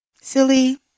silly